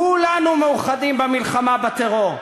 כולנו מאוחדים במלחמה בטרור.